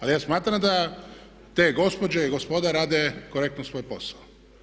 Ali ja smatram da te gospođe i gospoda rade korektno svoj posao.